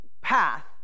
path